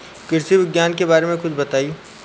कृषि विज्ञान के बारे में कुछ बताई